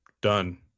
Done